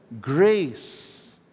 grace